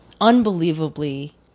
Unbelievably